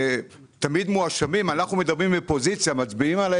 שתמיד מואשמים ואנחנו מדברים מפוזיציה מצביעים עליי